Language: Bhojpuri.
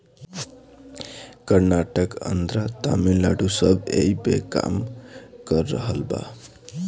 कर्नाटक, आन्द्रा, तमिलनाडू सब ऐइपे काम कर रहल बा